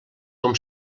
com